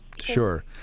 Sure